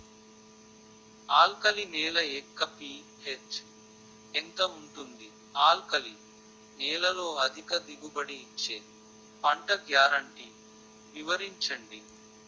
Alkali నేల యెక్క pH ఎంత ఉంటుంది? ఆల్కలి నేలలో అధిక దిగుబడి ఇచ్చే పంట గ్యారంటీ వివరించండి?